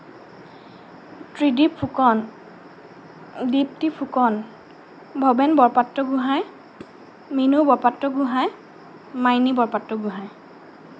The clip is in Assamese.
ত্ৰিদিপ ফুকন দীপ্তি ফুকন ভৱেন বৰপাত্ৰ গোহাঁই মিনু বৰপাত্ৰ গোহাঁই মাইনী বৰপাত্ৰ গোহাঁই